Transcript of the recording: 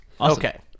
okay